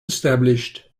established